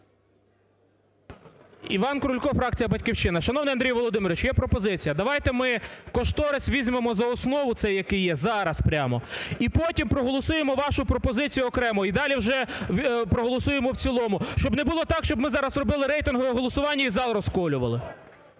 Іван Крулько, фракція "Батьківщина". Шановний Андрію Володимировичу, є пропозиція, давайте ми кошторис візьмемо за основу цей, який є, зараз прямо, і потім проголосуємо вашу пропозицію окремо. І далі вже проголосуємо в цілому, щоб не було так, щоб ми зараз робили рейтингове голосування і зал розколювали.